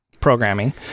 programming